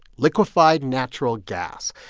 liquefied natural gas.